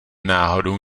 náhodou